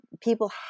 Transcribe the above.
people